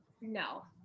no